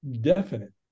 definite